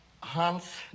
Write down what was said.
Hans